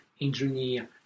engineer